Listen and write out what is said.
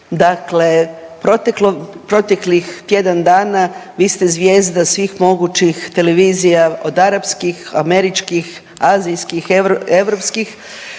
proteklog, proteklih tjedan dana vi ste zvijezda svih mogućih televizija od arapskih, američkih, azijskih, europskih